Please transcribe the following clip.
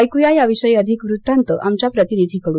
ऐक्या याविषयी अधिक वृत्तांत आमच्या प्रतिनिधीकडून